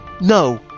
No